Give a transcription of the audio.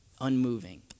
unmoving